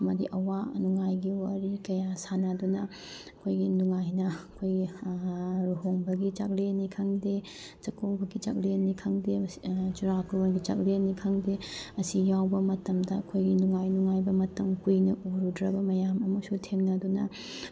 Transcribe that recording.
ꯑꯃꯗꯤ ꯑꯋꯥ ꯅꯨꯡꯉꯥꯏꯒꯤ ꯋꯥꯔꯤ ꯀꯌꯥ ꯁꯥꯟꯅꯗꯨꯅ ꯑꯩꯈꯣꯏꯒꯤ ꯅꯨꯡꯉꯥꯏꯅ ꯑꯩꯈꯣꯏꯒꯤ ꯂꯨꯍꯣꯡꯕꯒꯤ ꯆꯥꯛꯂꯦꯟꯅꯤ ꯈꯪꯗꯦ ꯆꯥꯛꯀꯧꯕꯒꯤ ꯆꯥꯛꯂꯦꯟꯅꯤ ꯈꯪꯗꯦ ꯆꯨꯔꯥꯀꯣꯔꯣꯟꯒꯤ ꯆꯥꯛꯂꯦꯟꯅꯤ ꯈꯪꯗꯦ ꯑꯁꯤ ꯌꯥꯎꯕ ꯃꯇꯝꯗ ꯑꯩꯈꯣꯏꯒꯤ ꯅꯨꯡꯉꯥꯏ ꯅꯨꯡꯉꯥꯏꯕ ꯃꯇꯝ ꯀꯨꯏꯅ ꯎꯔꯨꯗ꯭ꯔꯕ ꯃꯌꯥꯝ ꯑꯃꯁꯨ ꯊꯦꯡꯅꯗꯨꯅ